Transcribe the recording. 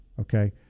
okay